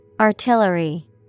Artillery